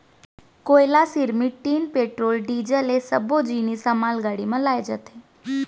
कोयला, सिरमिट, tin, petrol, diesel ए सब्बो जिनिस ह मालगाड़ी म लाए जाथे